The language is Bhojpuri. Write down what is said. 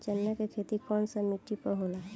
चन्ना के खेती कौन सा मिट्टी पर होला?